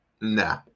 Nah